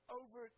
over